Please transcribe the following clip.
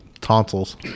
tonsils